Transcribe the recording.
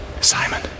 Simon